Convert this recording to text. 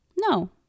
no